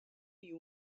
you